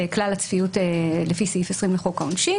כלל הצפיות לפי סעיף 20 לחוק העונשין